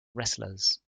wrestlers